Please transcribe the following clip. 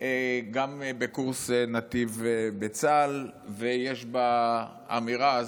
גם בקורס נתיב בצה"ל, ויש באמירה הזאת,